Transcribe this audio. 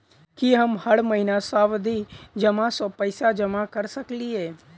की हम हर महीना सावधि जमा सँ पैसा जमा करऽ सकलिये?